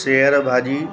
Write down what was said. सेअल भाॼी